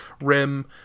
rim